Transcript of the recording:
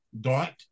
Dot